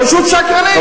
פשוט שקרנים.